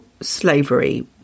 Slavery